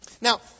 Now